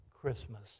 Christmas